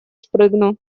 спрыгну